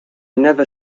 never